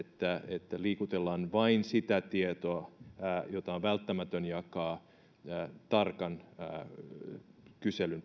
että liikutellaan vain sitä tietoa jota on välttämätöntä jakaa tarkan kyselyn